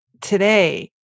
Today